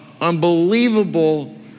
unbelievable